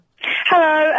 Hello